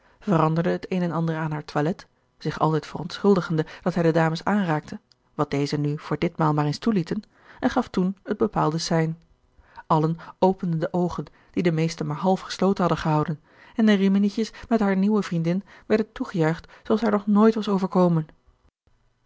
veranderde het een en ander aan haar toilet zich altijd verontschuldigende dat hij de dames aanraakte wat deze nu voor ditmaal maar eens toelieten en gaf toen het bepaalde sein allen openden de oogen die de meesten maar half gesloten hadden gehouden en de riminietjes met hare nieuwe vriendin werden toegejuicht zooals haar nog nooit was overkomen